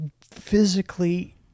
physically